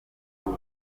ejo